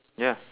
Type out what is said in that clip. ya